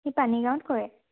সি পানীগাঁৱত কৰে